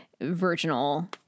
virginal